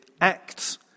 acts